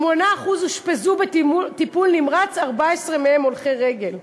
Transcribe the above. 8% אושפזו בטיפול נמרץ, 14 מהם הולכי רגל.